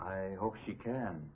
i hope she can